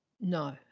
no